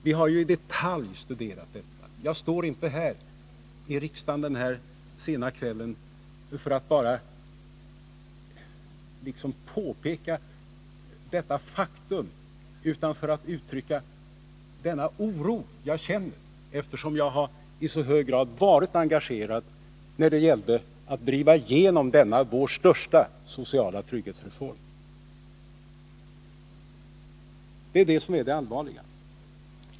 Vi har i detalj studerat detta, och jag står inte här i riksdagen denna sena kväll bara för att påpeka detta faktum, utan det är för att uttrycka den oro jag känner eftersom jag i så hög grad har varit engagerad när det gällt att driva igenom denna vår största sociala trygghetsreform. Det är det som är det allvarliga.